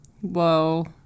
Whoa